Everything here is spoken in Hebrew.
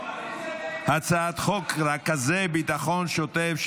הצעת חוק רכזי ביטחון שוטף,